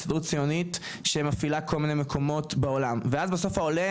הסתדרות הציונית שמפעילה כל מיני מקומות בעולם ואז בסוף העולה,